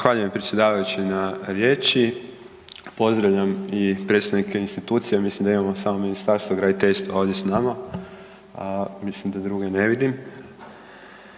Zahvaljujem predsjedavajući na riječi. Pozdravljam i predstavnike institucija, mislim da imamo samo Ministarstvo graditeljstva ovdje s nama. Mislim da druge ne vidim.